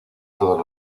todos